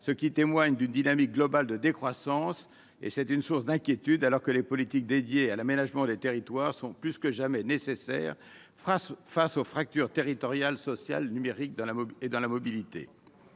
ce qui témoigne d'une dynamique globale de décroissance et c'est une source d'inquiétude, alors que les politiques dédiées à l'aménagement des territoires sont plus que jamais nécessaire face face aux fractures territoriales, sociales numérique dans la et dans la mobilité,